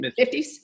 50s